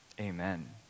amen